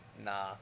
Nah